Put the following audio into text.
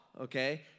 okay